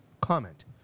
comment